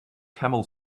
camel